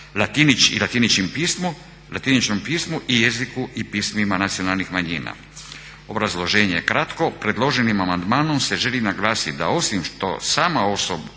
latičnim pismom i jeziku i pismima nacionalnih manjina. Obrazloženje je kratko. Predloženim amandmanom se želi naglasiti da osim što sama osobna